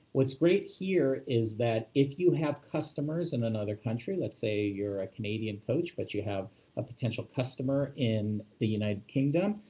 what's great here is that if you have customers in another country, let's say you're a canadian coach but you have a potential customer in the united kingdom,